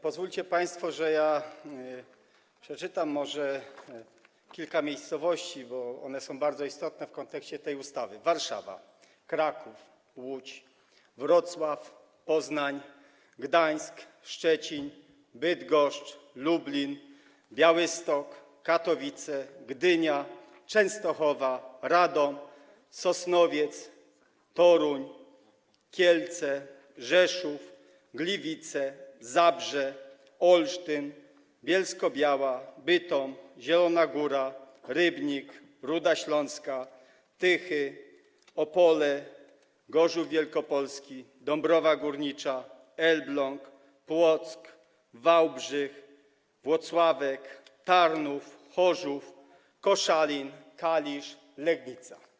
Pozwólcie państwo, że przeczytam pewne nazwy miejscowości, bo one są bardzo istotne w kontekście tej ustawy: Warszawa, Kraków, Łódź, Wrocław, Poznań, Gdańsk, Szczecin, Bydgoszcz, Lublin, Białystok, Katowice, Gdynia, Częstochowa, Radom, Sosnowiec, Toruń, Kielce, Rzeszów, Gliwice, Zabrze, Olsztyn, Bielsko-Biała, Bytom, Zielona Góra, Rybnik, Ruda Śląska, Tychy, Opole, Gorzów Wielkopolski, Dąbrowa Górnicza, Elbląg, Płock, Wałbrzych, Włocławek, Tarnów, Chorzów, Koszalin, Kalisz, Legnica.